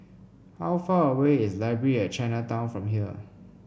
how far away is Library at Chinatown from here